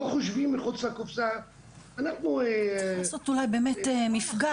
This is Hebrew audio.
לא חושבים מחוץ לקופסה --- צריך לעשות אולי באמת מפגש,